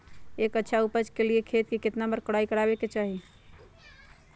एक अच्छा उपज के लिए खेत के केतना बार कओराई करबआबे के चाहि?